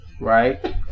right